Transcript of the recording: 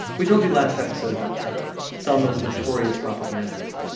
we told you last episode about tepper, selma's notorious propagandist.